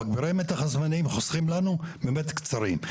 מגבירי המתח הזמניים חוסכים לנו באמת קצרים.